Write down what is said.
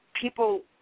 people